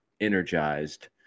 energized